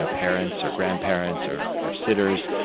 ah parents, or grandparents, or or sitters,